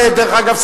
דרך אגב,